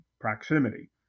proximity